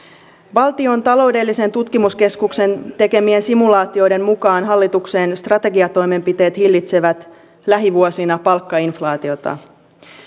valtion taloudellisen tutkimuskeskuksen tekemien simulaatioiden mukaan hallituksen strategiatoimenpiteet hillitsevät lähivuosina palkkainflaatiota